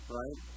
right